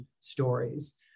stories